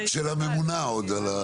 ממשיכה.